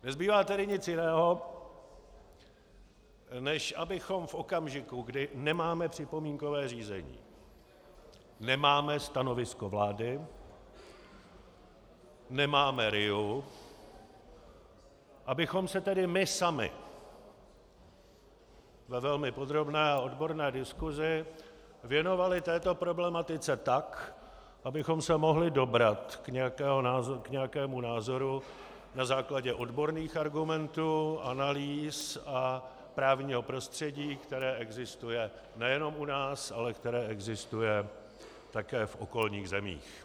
Nezbývá tedy nic jiného, než abychom v okamžiku, kdy nemáme připomínkové řízení, nemáme stanovisko vlády, nemáme RIA, abychom se tedy my sami ve velmi podrobné a odborné diskusi věnovali této problematice tak, abychom se mohli dobrat k nějakému názoru na základě odborných argumentů, analýz a právního prostředí, které existuje nejenom u nás, ale které existuje také v okolních zemích.